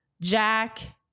Jack